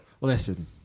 listen